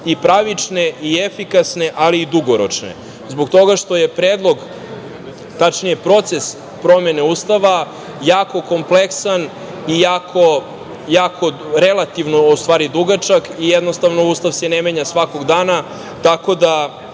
i pravične i efikasne, ali i dugoročne, zbog toga što je predlog, tačnije proces promene Ustava jako kompleksan i relativno dugačak i, jednostavno, Ustav se ne menja svakog dana, tako da,